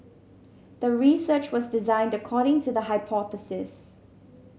the research was designed according to the hypothesis